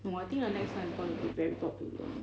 no I think the NEX [one] is gonna be very popular